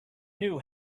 knew